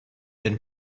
been